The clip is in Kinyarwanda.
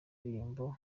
indirimbo